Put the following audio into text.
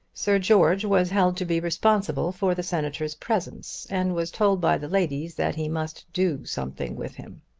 sir george was held to be responsible for the senator's presence, and was told by the ladies that he must do something with him.